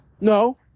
No